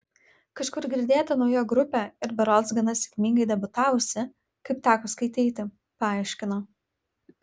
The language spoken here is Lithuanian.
kažkur girdėta nauja grupė ir berods gana sėkmingai debiutavusi kaip teko skaityti paaiškino